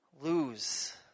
lose